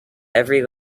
every